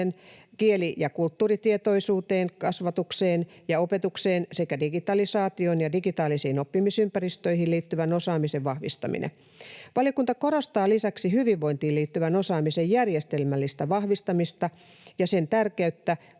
kieli- ja kulttuuritietoisuuteen, kasvatukseen ja opetukseen sekä digitalisaatioon ja digitaalisiin oppimisympäristöihin liittyvän osaamisen vahvistaminen. Valiokunta korostaa lisäksi hyvinvointiin liittyvän osaamisen järjestelmällistä vahvistamista ja sen tärkeyttä